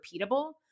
repeatable